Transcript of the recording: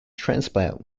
transplant